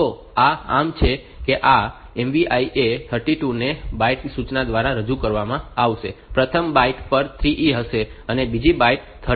તો આ આમ છે આ MVI A 32 ને 2 બાઈટ સૂચના દ્વારા રજૂ કરવામાં આવશે પ્રથમ બાઈટ પર 3E હશે અને બીજી બાઈટ 32 હશે